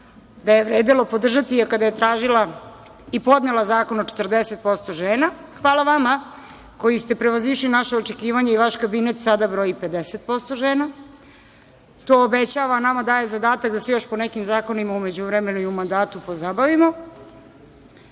da je vredelo podržati je kada je tražila i podnela zakon o 40% žena. Hvala vama koji ste prevazišli naša očekivanja i vaš kabinet sada broji 50% žena. To obećava, a nama daje zadatak da se još ponekim zakonima u međuvremenu i u mandatu pozabavimo. Sigurna